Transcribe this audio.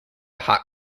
hot